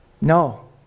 No